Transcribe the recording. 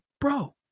bro